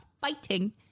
fighting